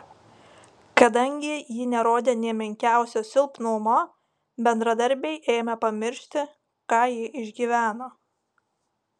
kadangi ji nerodė nė menkiausio silpnumo bendradarbiai ėmė pamiršti ką ji išgyveno